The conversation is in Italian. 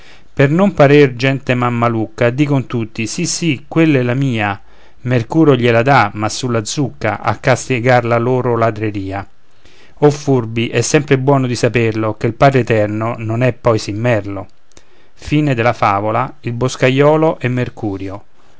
per non parere gente mammalucca dicon tutti sì sì quella è la mia mercurio gliela dà ma sulla zucca a castigar la loro ladreria o furbi è sempre buono di saperlo che il padre eterno non è poi sì merlo e